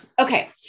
Okay